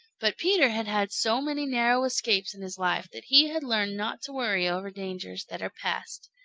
but peter had had so many narrow escapes in his life that he had learned not to worry over dangers that are past.